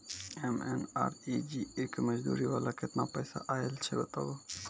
MNREGA के मज़दूरी वाला केतना पैसा आयल छै बताबू?